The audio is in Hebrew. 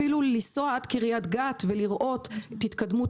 אפילו לנסוע עד קרית גת ולראות את התקדמות